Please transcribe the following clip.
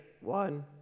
One